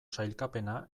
sailkapena